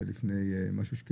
זה היה לפני כשנה.